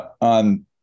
On